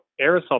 aerosol